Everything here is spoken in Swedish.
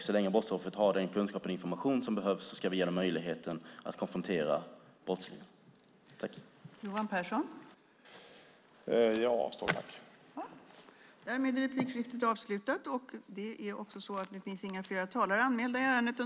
Så länge brottsoffret har den kunskap och information som behövs ska vi ge möjligheten att konfrontera brottslingen.